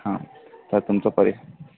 हां तर तुमचा पर्या